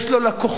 יש לו לקוחות,